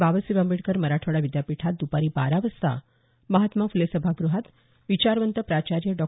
बाबासाहेब आंबेडकर मराठवाडा विद्यापीठात दुपारी बारा वाजता महात्मा फुले सभागृहात विचारवंत प्राचार्य डॉ